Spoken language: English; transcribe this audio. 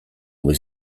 was